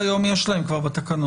היום יש להם כבר בתקנות.